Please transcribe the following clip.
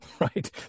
right